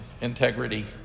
integrity